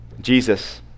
Jesus